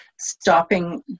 stopping